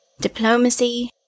Diplomacy